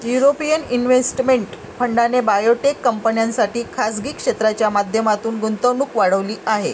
European investment फंडाने biotech कंपन्यांसाठी खासगी क्षेत्राच्या माध्यमातून गुंतवणूक वाढवली